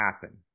happen